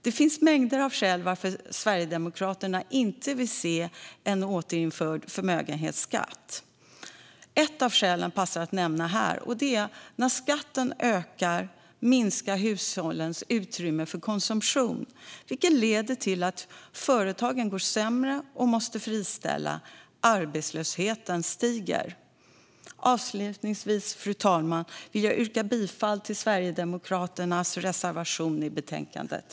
Det finns mängder av skäl till att Sverigedemokraterna inte vill se en återinförd förmögenhetsskatt. Ett skäl som passar att nämna här är att när skatten ökar minskar hushållens utrymme för konsumtion, vilket leder till att företagen går sämre och måste friställa och arbetslösheten stiger. Avslutningsvis, fru talman, vill jag yrka bifall till Sverigedemokraternas reservation i betänkandet.